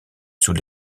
sous